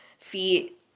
feet